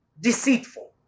deceitful